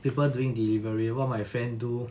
people doing delivery what my friend do